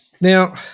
now